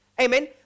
Amen